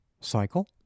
cycle